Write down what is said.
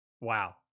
Wow